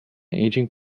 aging